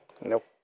Nope